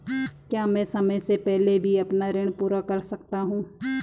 क्या मैं समय से पहले भी अपना ऋण पूरा कर सकता हूँ?